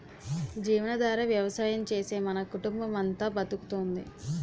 జీవనాధార వ్యవసాయం చేసే మన కుటుంబమంతా బతుకుతోంది